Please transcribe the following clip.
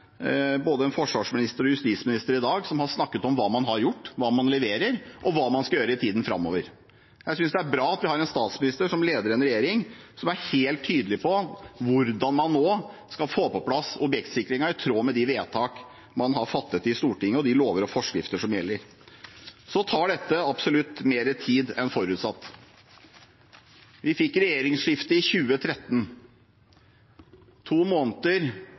både en forsvarsminister og en justisminister i dag som har snakket om hva man har gjort, hva man leverer, og hva man skal gjøre i tiden framover. Jeg synes det er bra at vi har en statsminister som leder en regjering som er helt tydelig på hvordan man nå skal få på plass objektsikringen i tråd med de vedtak man har fattet i Stortinget, og de lover og forskrifter som gjelder. Så tar dette absolutt mer tid enn forutsatt. Vi fikk regjeringsskifte i 2013. To måneder